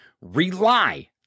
rely